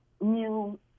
new